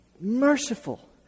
merciful